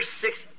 six